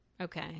okay